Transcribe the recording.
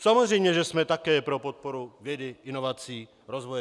Samozřejmě že jsme také pro podporu vědy, inovací, rozvoje.